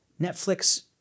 Netflix